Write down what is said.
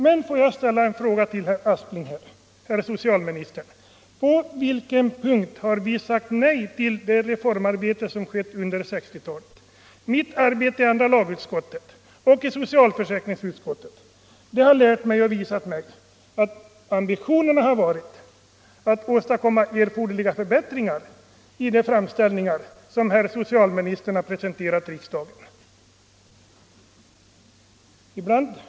Men får jag ställa en fråga till herr socialministern. På vilken punkt har vi sagt nej till det reformarbete som skett under 1960-talet? Mitt arbete i andra lagutskottet och i socialförsäkringsutskottet har visat mig att ambitionerna har varit att åstadkomma erforderliga förbättringar i de framställningar som herr socialministern har presenterat riksdagen.